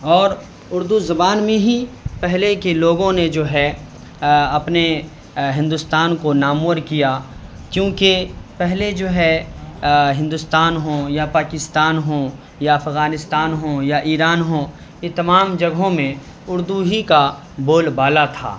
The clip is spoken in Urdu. اور اردو زبان میں ہی پہلے کے لوگوں نے جو ہے اپنے ہندوستان کو نامور کیا کیوں کہ پہلے جو ہے ہندوستان ہوں یا پاکستان ہوں یا افغانستان ہوں یا ایران ہوں یہ تمام جگہوں میں اردو ہی کا بول بالا تھا